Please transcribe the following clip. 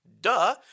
Duh